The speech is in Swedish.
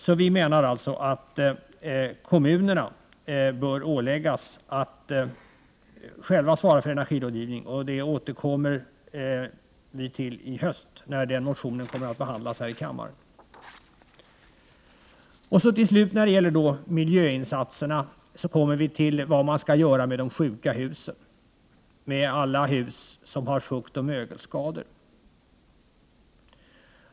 Därför anser vi samtidigt att kommunerna själva, nu när de vet att energirådgivning fungerar, skall åläggas att svara för den fortsatta energirådgivningen. Detta återkommer vi tilli höst, när den aktuella motionen kommer att behandlas här i kammaren. Så till slut när det gäller miljöinsatserna kommer vi till vad man skall göra med de ”sjuka husen”, alla hus som har fuktoch mögelskador.